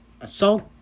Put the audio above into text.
assault